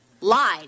lied